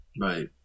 Right